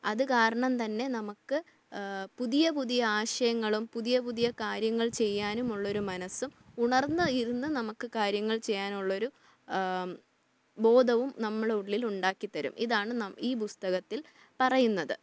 അതുകാരണം തന്നെ നമുക്ക് പുതിയ പുതിയ ആശയങ്ങളും പുതിയ പുതിയ കാര്യങ്ങൾ ചെയ്യാനും ഉള്ള ഒരു മനസ്സും ഉണർന്നിരുന്ന് നമുക്ക് കാര്യങ്ങൾ ചെയ്യാനുള്ളൊരു ബോധവും നമ്മുടെ ഉള്ളിൽ ഉണ്ടാക്കിത്തരും ഇതാണ് ഈ പുസ്തകത്തിൽ പറയുന്നത്